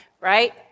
right